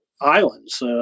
islands